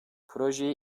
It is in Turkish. projeyi